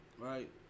right